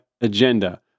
agenda